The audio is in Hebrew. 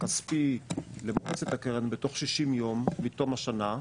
הכספי למועצת הקרן בתוך 60 ימים מתום השנה,